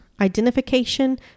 identification